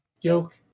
Yoke